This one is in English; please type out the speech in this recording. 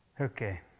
Okay